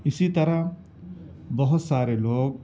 اسی طرح بہت سارے لوگ